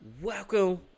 welcome